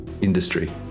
industry